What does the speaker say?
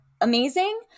amazing